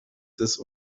des